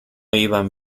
iban